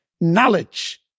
knowledge